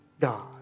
God